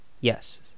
yes